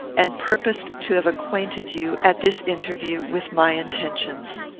and purposed to have acquainted you, at this interview, with my intentions.